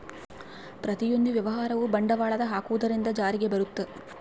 ಪ್ರತಿಯೊಂದು ವ್ಯವಹಾರವು ಬಂಡವಾಳದ ಹಾಕುವುದರಿಂದ ಜಾರಿಗೆ ಬರುತ್ತ